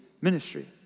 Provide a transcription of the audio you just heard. ministry